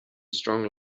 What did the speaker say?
strong